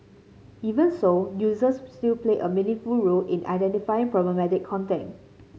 even so users still play a meaningful role in identifying problematic content